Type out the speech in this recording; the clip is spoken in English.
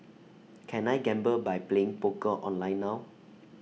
can I gamble by playing poker online now